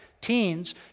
teens